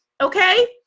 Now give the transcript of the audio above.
okay